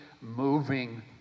moving